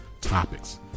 topics